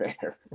fair